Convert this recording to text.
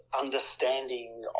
understanding